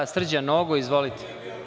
Srđan Nogo, izvolite.